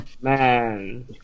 man